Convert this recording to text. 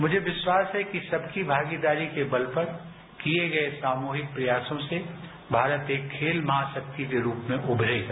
मुझे विश्वास है कि सबकी भागीदारी के बल पर किए गए सामूहिक प्रयासों से भारत एक खेल महाशक्ति के रूप में उभरेगा